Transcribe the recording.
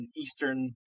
eastern